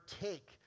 take